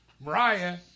Mariah